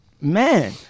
man